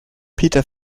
peter